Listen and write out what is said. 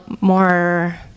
more